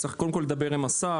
צריך קודם כל לדבר עם השר,